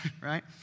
right